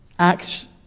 Acts